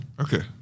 Okay